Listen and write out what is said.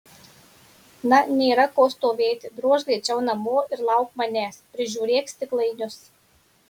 na nėra ko stovėti drožk greičiau namo ir lauk manęs prižiūrėk stiklainius